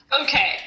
Okay